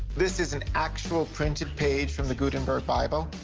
this is an actual printed page from the gutenberg bible,